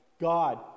God